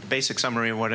the basic summary of what